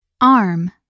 Arm